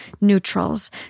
neutrals